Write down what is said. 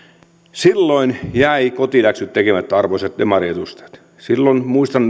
silloin jäivät kotiläksyt tekemättä arvoisat demariedustajat muistan